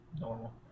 normal